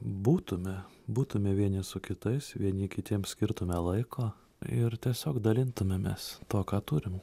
būtume būtume vieni su kitais vieni kitiems skirtume laiko ir tiesiog dalintumėmės tuo ką turim